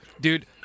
dude